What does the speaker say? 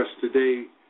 today